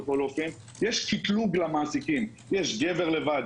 שיש קטלוג למעסיקים: יש גבר לבד,